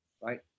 right